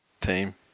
team